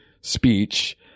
speech